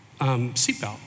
seatbelt